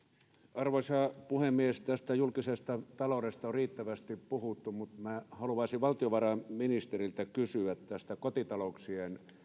arvoisa puhemies tästä julkisesta taloudesta on riittävästi puhuttu mutta minä haluaisin valtiovarainministeriltä kysyä kotitalouksien